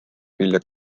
vilja